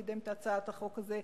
קידם את הצעת החוק הזאת,